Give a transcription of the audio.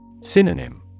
Synonym